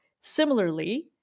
Similarly